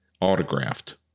autographed